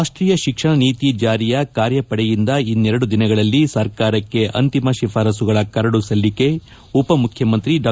ರಾಷ್ಟೀಯ ಶಿಕ್ಷಣ ನೀತಿಯ ಕಾರ್ಯಪಡೆಯಿಂದ ಇನ್ನೆರಡು ದಿನಗಳಲ್ಲಿ ಸರ್ಕಾರಕ್ಕೆ ಅಂತಿಮ ಶಿಫಾರಸುಗಳ ಕರಡು ಸಲ್ಲಿಕೆ ಉಪ ಮುಖ್ಯಮಂತ್ರಿ ಡಾ